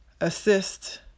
assist